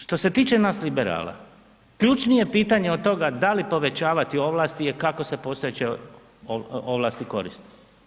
Što se tiče nas liberala, ključnije pitanje od toga da li povećavati ovlasti je kako se postojeće ovlasti koriste?